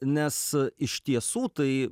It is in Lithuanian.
nes iš tiesų tai